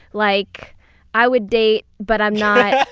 like i would date, but i'm not,